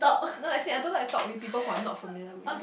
no I say I don't like to talk with people who I'm not familiar with